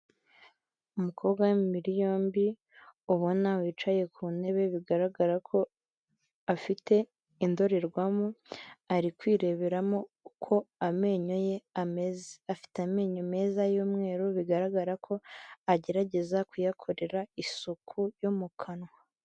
Umukobwa w'imibiri yombi ubona wicaye ku ntebe, bigaragara ko afite indorerwamo ari kwireberamo uko amenyo ye ameze, afite amenyo meza y'umweru bigaragara ko agerageza kuyakorera isuku yo mu kanwa.